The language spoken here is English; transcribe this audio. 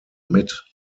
mid